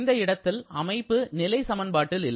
இந்த இடத்தில் அமைப்பு நிலை சமன்பாட்டில் இல்லை